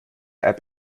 app